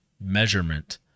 measurement